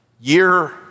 Year